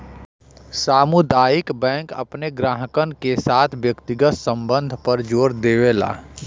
सामुदायिक बैंक अपने ग्राहकन के साथ व्यक्तिगत संबध पर जोर देवला